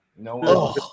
No